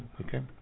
okay